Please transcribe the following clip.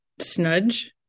snudge